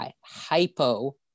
hypo